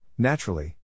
Naturally